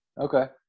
okay